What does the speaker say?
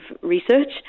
research